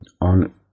on